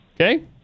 Okay